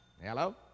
Hello